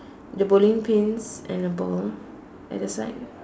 the bowling pins and the ball at the side